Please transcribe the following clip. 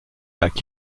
lacs